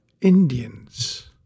Indians